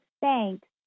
thanks